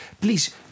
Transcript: Please